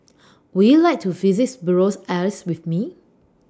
Would YOU like to visit Buenos Aires with Me